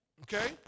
Okay